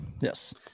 yes